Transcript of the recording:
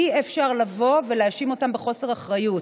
אי-אפשר לבוא ולהאשים אותם בחוסר אחריות,